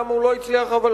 למה הוא לא הצליח לעבור,